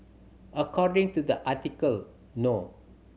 according to the article no